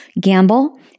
gamble